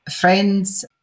friends